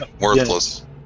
Worthless